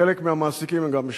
חלק מהמעסיקים הם גם משרתים.